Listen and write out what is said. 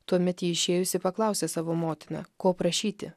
tuomet ji išėjusi paklausė savo motiną ko prašyti